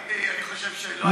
אני חושב שלא הייתה,